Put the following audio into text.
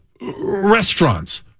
Restaurants